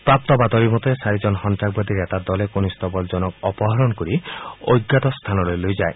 প্ৰাপ্ত বাতবিমতে চাৰিজন সন্তাসবাদীৰ এটা দলে কনিষ্টবলজনক অপহৰণ কৰি অজ্ঞাত স্থানলৈ লৈ যায়